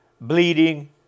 bleeding